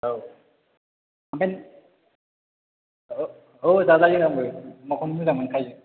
औ ओमफ्राय औ जाजायो आंबो अमाखौनो मोजां मोनखायो